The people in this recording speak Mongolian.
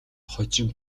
хожим